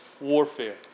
warfare